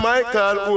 Michael